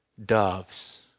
doves